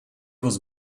was